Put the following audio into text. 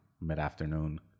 mid-afternoon